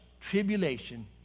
tribulation